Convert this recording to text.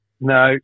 No